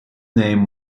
name